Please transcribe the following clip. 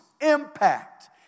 impact